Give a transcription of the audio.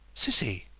cissy!